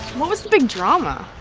what was the big drama?